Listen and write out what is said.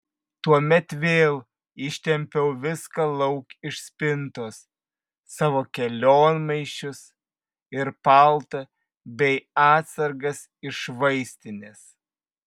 tuomet vėl ištempiau viską lauk iš spintos savo kelionmaišius ir paltą bei atsargas iš vaistinės